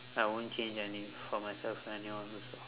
I won't change any for myself for anyone also